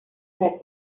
said